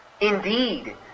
Indeed